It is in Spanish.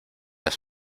las